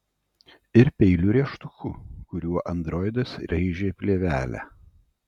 ir peiliu rėžtuku kuriuo androidas raižė plėvelę